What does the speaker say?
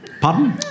Pardon